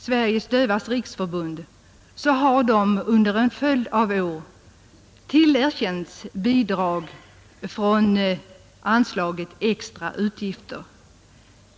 Sveriges dövas riksförbund har under en följd av år tillerkänts bidrag från anslaget Extra utgifter.